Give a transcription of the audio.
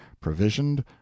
provisioned